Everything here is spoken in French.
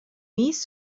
mis